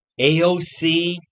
AOC